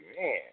man